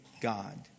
God